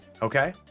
Okay